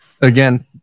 again